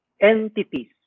entities